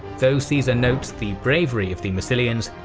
though caesar notes the bravery of the massilians,